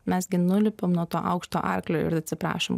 mes gi nulipam nuo to aukšto arklio ir atsiprašom